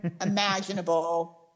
imaginable